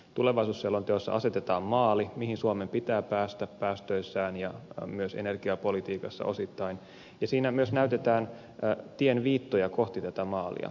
tulevaisuusselonteossa asetetaan maali mihin suomen pitää päästä päästöissään ja myös energiapolitiikassa osittain ja siinä myös näytetään tienviittoja kohti tätä maalia